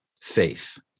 faith